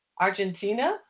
Argentina